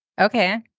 Okay